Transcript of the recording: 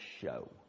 show